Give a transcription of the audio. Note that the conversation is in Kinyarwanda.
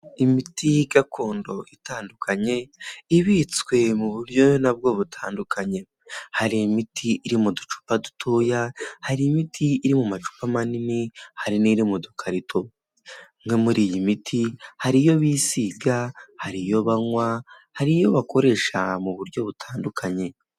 Imiti gakondo itandukanye ibitswe mu buryohe nabwo butandukanye hari imiti iri mu ducupa dutoya, hari imiti iri mu macupa manini, hari n'iri mu dukarito. Imwe muri iyi miti hari iyo bisiga, hari iyo banywa, hari iyo bakoresha mu buryo butandukanye.